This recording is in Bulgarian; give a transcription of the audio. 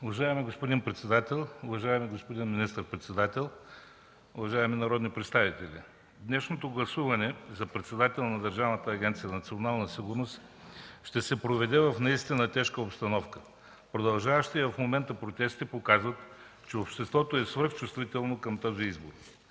Уважаеми господин председател, уважаеми господин министър-председател, уважаеми народни представители! Днешното гласуване за председател на Държавна агенция „Национална сигурност” (ДАНС) ще се проведе в наистина тежка обстановка. Продължаващите в момента протести показват, че обществото е свръхчувствително към този избор.